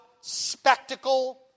spectacle